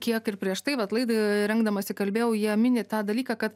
kiek ir prieš tai atlaidirengdamasi kalbėjau ją mini tą dalyką kad